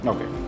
Okay